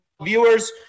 viewers